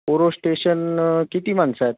Oros station किती माणसं आहेत